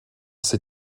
ses